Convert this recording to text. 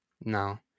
No